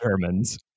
Germans